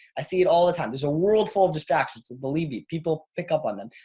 i see it all the time. there's a world full of distractions and believe me, people pick up on them.